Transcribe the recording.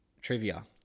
trivia